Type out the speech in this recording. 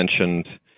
mentioned